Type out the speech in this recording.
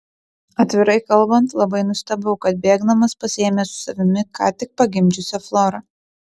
atvirai kalbant labai nustebau kad bėgdamas pasiėmė su savimi ką tik pagimdžiusią florą